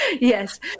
yes